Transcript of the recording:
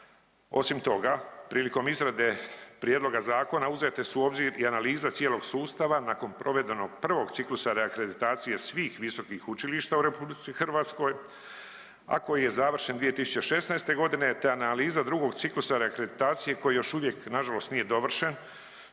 Osim toga, prilikom izrade prijedloga zakona uzete su u obzir i analize cijelog sustava nakon provedenog prvog ciklusa reakreditacije svih visokih učilišta u RH, a koji je završen 2016.g., te analiza drugog ciklusa reakreditacije koji još uvijek nažalost nije dovršen